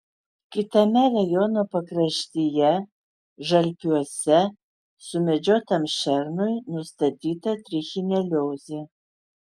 kitame rajono pakraštyje žalpiuose sumedžiotam šernui nustatyta trichineliozė